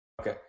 Okay